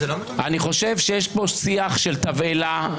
אני חושב שיש פה שיח של תבהלה,